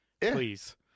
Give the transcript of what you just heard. Please